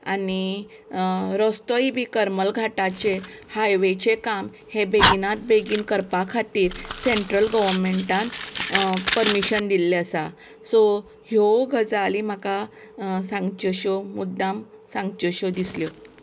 आनी रस्तोय बी करमल घाटाचेर हायवेचें काम हें बेगीनात बेगीन करपा खातीर सेंट्रल गोव्हरमेंटान परमिशन दिल्लें आसा सो ह्यो गजाली म्हाका सांगच्योश्यो मुद्दाम सांगच्योश्यो दिसल्यो